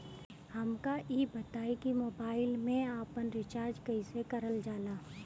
हमका ई बताई कि मोबाईल में आपन रिचार्ज कईसे करल जाला?